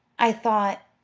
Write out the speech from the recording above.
i thought,